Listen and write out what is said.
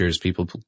People